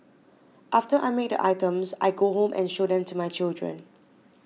after I make the items I go home and show them to my children